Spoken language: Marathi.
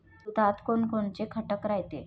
दुधात कोनकोनचे घटक रायते?